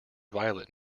violet